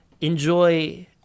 enjoy